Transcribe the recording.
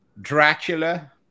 dracula